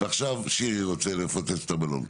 עכשיו שירי רוצה לפוצץ את הבלון.